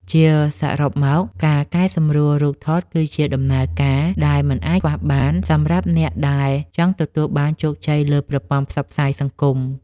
ជាសរុបមក ការកែសម្រួលរូបថតគឺជាដំណើរការដែលមិនអាចខ្វះបានសម្រាប់អ្នកដែលចង់ទទួលបានជោគជ័យលើប្រព័ន្ធផ្សព្វផ្សាយសង្គម។